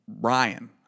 Ryan